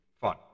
fun